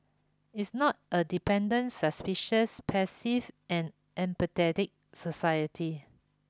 it's not a dependent suspicious passive and apathetic society